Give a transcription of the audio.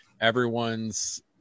everyone's